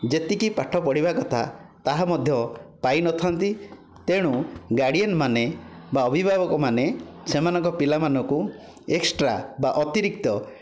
ଯେତିକି ପାଠ ପଢ଼ିବା କଥା ତାହା ମଧ୍ୟ ପାଇନଥାନ୍ତି ତେଣୁ ଗାର୍ଡ଼ିଆନ୍ ମାନେ ବା ଅଭିଭାବକମାନେ ସେମାନଙ୍କ ପିଲାମାନଙ୍କୁ ଏକ୍ସଟ୍ରା ବା ଅତିରିକ୍ତ